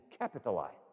capitalize